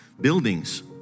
buildings